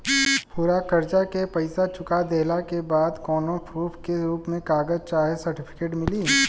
पूरा कर्जा के पईसा चुका देहला के बाद कौनो प्रूफ के रूप में कागज चाहे सर्टिफिकेट मिली?